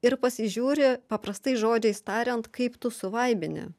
ir pasižiūri paprastais žodžiais tariant kaip tu suvaibini